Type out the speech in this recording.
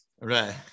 Right